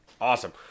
awesome